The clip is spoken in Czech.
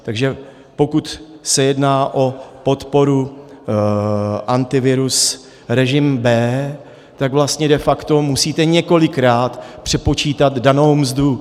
Takže pokud se jedná o podporu antivirus režim B, tak vlastně de facto musíte několikrát přepočítat danou mzdu.